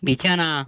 বিছানা